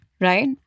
right